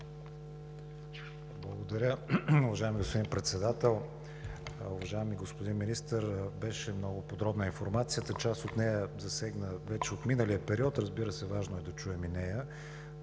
Благодаря, уважаеми господин Председател. Уважаеми господин Министър, беше много подробна информацията. Част от нея засегна вече отминалия период, разбира се, важно е да се чуе.